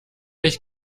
ich